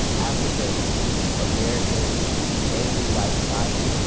african americans daily life style,